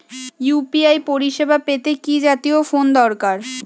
UPI পরিসেবা পেতে কি জাতীয় ফোন দরকার?